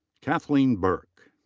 kathleen burke.